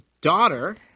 daughter